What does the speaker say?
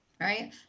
right